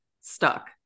stuck